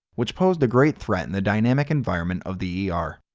which posed a great threat in the dynamic environment of the er.